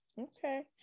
okay